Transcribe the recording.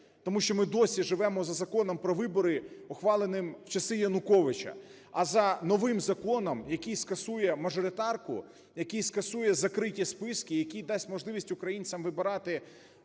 тому що ми досі живемо за законом про вибори, ухваленим в часи Януковича, а за новим законом, який скасує мажоритарку, який скасує закриті списки, який дасть можливість українцям вибирати